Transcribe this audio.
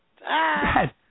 Dad